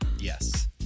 Yes